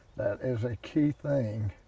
that is a key thing.